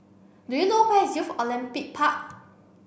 do you know where is Youth Olympic Park